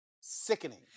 sickening